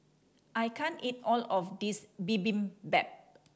I can't eat all of this Bibimbap